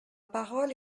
parole